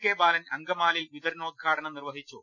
K Balan അങ്കമാലിയിൽ വിതരണോദ്ഘാടനം നിർവഹിച്ചു